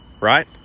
right